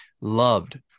loved